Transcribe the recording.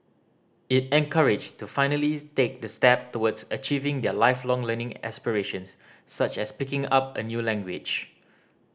it encouraged to finally take the step towards achieving their Lifelong Learning aspirations such as picking up a new language